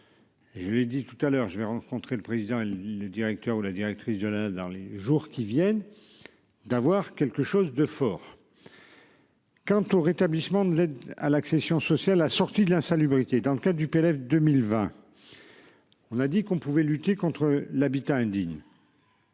Je l'ai dit tout à l'heure je vais rencontrer le président et le directeur ou la directrice de la dans les jours qui viennent. D'avoir quelque chose de fort.-- Quant au rétablissement de l'aide à l'accession sociale a sorti de l'insalubrité. Dans le cas du PLF 2020. On a dit qu'on pouvait lutter contre l'habitat indigne.